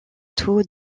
taux